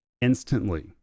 instantly